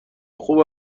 خوب